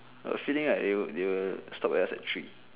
I got a feeling right they will they will stop at us at three